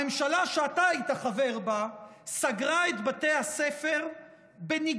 הממשלה שאתה היית חבר בה סגרה את בתי הספר בניגוד